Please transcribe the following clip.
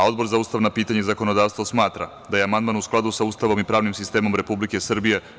Odbor za ustavna pitanja i zakonodavstvo smatra da je amandman u skladu sa Ustavom i pravnim sistemom Republike Srbije.